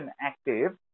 active